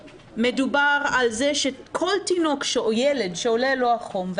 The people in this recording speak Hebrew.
מדובר על זה שכל תינוק או ילד שעולה לו החום,